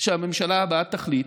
שהממשלה הבאה תחליט,